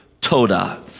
toda